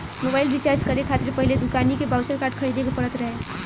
mobile recharge करे खातिर पहिले दुकानी के बाउचर कार्ड खरीदे के पड़त रहे